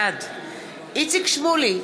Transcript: בעד איציק שמולי,